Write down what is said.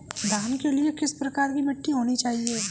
धान के लिए किस प्रकार की मिट्टी होनी चाहिए?